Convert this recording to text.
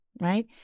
Right